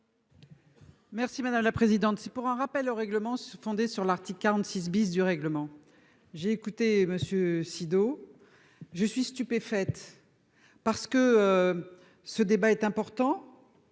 Merci madame la présidente. Si pour un rappel au règlement, se fonder sur l'Arctique 46 bis du règlement. J'ai écouté Monsieur. Je suis stupéfaite. Parce que. Ce débat est important.